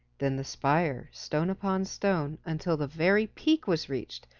then the spire, stone upon stone, until the very peak was reached,